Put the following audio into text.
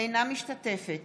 אינה משתתפת